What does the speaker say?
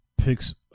picks